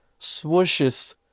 swooshes